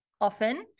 often